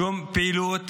שום פעילות,